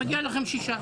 מגיע לכם שישה.